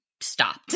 stopped